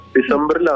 December